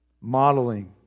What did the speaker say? Modeling